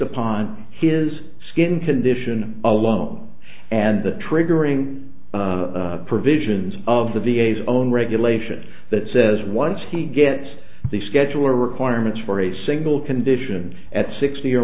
upon his skin condition alone and the triggering provisions of the v a s own regulation that says once he gets the scheduler requirements for a single condition at sixty or